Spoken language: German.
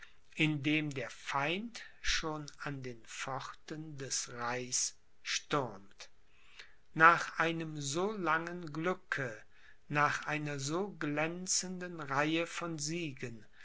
der feind schon an den pforten des reichs stürmt nach einem so langen glücke nach einer so glänzenden reihe von siegen